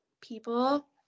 people